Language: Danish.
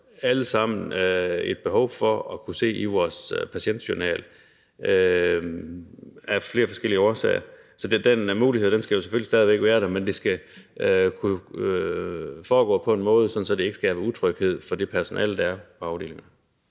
alle sammen et behov for at kunne se vores patientjournal, så den mulighed skal selvfølgelig stadig væk være der, men det skal jo kunne foregå på en sådan måde, at det ikke skaber utryghed for det personale, der er på afdelingen.